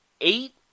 eight